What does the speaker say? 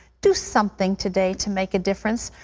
do something today to make a difference.